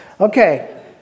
Okay